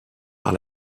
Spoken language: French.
par